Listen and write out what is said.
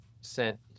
sent